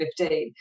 2015